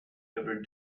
ever